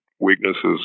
weaknesses